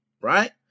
right